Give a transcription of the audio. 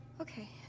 Okay